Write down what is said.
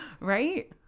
Right